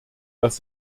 dass